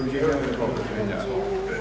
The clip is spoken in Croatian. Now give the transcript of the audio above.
Hvala i vama.